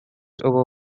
over